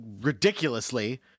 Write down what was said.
ridiculously